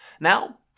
Now